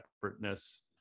separateness